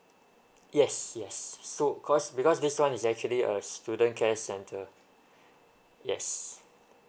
yes yes so cause because this one is actually a student care center yes